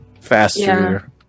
faster